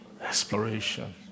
Exploration